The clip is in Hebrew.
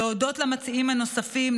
להודות למציעים הנוספים,